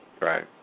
Right